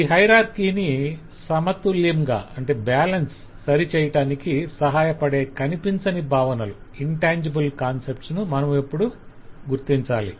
ఈ హయరార్కిని సమతుల్యంగా సరిచేయటానికి సహాయపడే అప్రత్యక్ష భావనలను మనమిప్పుడు గుర్తించాలి